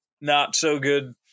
not-so-good